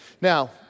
Now